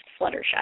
Fluttershy